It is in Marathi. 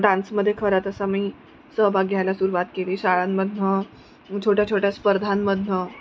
डान्समध्ये खरा तसा मी सहभाग घ्यायला सुरुवात केली शाळांमधून छोट्या छोट्या स्पर्धांमधून